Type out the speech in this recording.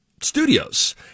studios